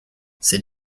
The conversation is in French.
ces